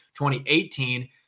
2018